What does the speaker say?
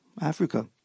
Africa